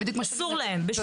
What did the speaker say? תודה.